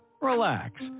relax